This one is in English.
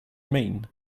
mean